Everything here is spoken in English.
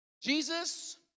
Jesus